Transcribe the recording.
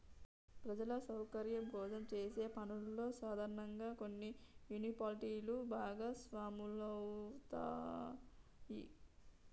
ప్రజల సౌకర్యం కోసం చేసే పనుల్లో సాధారనంగా కొన్ని మున్సిపాలిటీలు భాగస్వాములవుతాయి